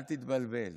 אל תתבלבל,